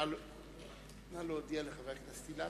נא להודיע לחבר הכנסת אילטוב,